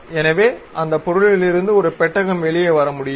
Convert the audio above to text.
எனவே அந்த பொருளிலிருந்து ஒரு பெட்டகம் வெளியே வர முடியும்